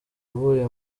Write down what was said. avuye